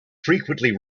frequently